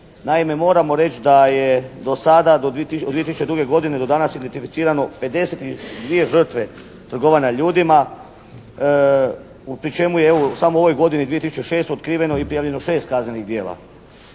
Naime moramo reći da je do sada do 2002. godine do danas identificirano 52 žrtve trgovanja ljudima pri čemu je samo u ovoj godini 2006. otkriveno i prijavljeno 6 kaznenih djela.